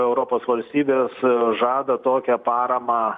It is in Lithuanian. europos valstybės žada tokią paramą